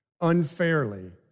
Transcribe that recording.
unfairly